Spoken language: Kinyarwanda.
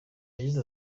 yagize